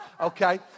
okay